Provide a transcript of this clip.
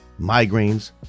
migraines